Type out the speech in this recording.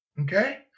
Okay